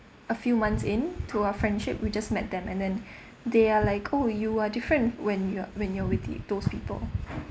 a few months in to our friendship we just met them and then they are like oh you are different when you're when you're with the those people